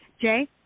Jay